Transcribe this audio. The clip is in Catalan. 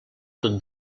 tot